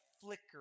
flicker